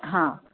हां